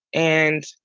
and,